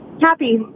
Happy